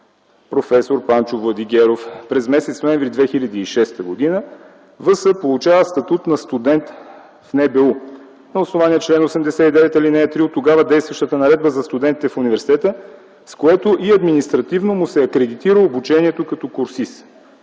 „Проф. Панчо Владигеров” през м. ноември 2006 г. В.С. получава статут на студент в НБУ, на основание чл. 89, ал. 3 от тогава действащата наредба за студентите в университета, с което и административно му се акредитира обучението като курсист.